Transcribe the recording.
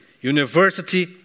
university